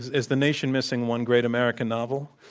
is the nation missing one great american novel?